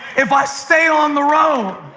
if i stay on the road.